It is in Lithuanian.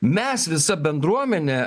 mes visa bendruomenė